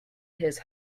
his